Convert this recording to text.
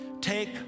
Take